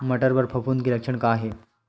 बटर म फफूंद के लक्षण का हे?